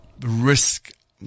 risk